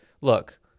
look